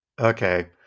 Okay